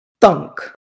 thunk